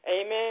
Amen